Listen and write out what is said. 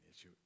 issue